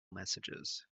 messages